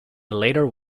later